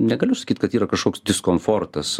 negaliu sakyt kad yra kažkoks diskomfortas